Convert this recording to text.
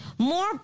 More